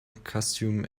costume